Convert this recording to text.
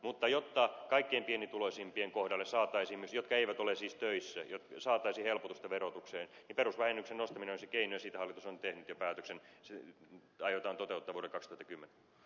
mutta jotta saataisiin helpotusta verotukseen kaikkein pienituloisimpien kohdalle myös jotka eivät ole siis töissä perusvähennyksen nostaminen on se keino ja siitä hallitus on tehnyt jo päätöksen syy taitaa toteutuuko rikastutti kymmenen